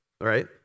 right